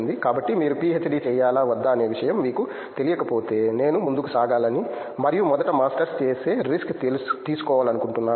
కాబట్టి మీరు పీహెచ్డీ చేయాలా వద్దా అనే విషయం మీకు తెలియకపోతే నేను ముందుకు సాగాలని మరియు మొదట మాస్టర్స్ చేసే రిస్క్ తీసుకోవాలనుకుంటున్నాను